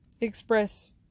express